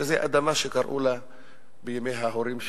וזו אדמה שקראו לה בימי ההורים שלי,